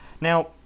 Now